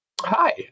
Hi